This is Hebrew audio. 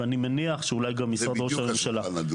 ואני מניח שאולי גם משרד ראש הממשלה.